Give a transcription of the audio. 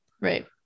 right